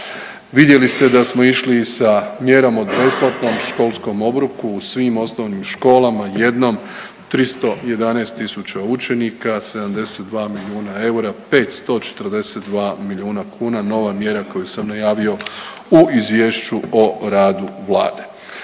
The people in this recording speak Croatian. Vidjeli smo da smo išli sa mjerom o besplatnom školskom obroku u svim osnovnim školama jednom 311.000 učenika, 72 milijuna eura, 542 milijuna kuna nova mjera koju sam najavio u izvješću o radu Vlade.